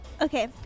Okay